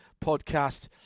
podcast